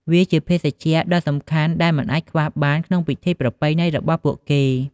វាជាភេសជ្ជៈដ៏សំខាន់ដែលមិនអាចខ្វះបានក្នុងពិធីប្រពៃណីរបស់ពួកគេ។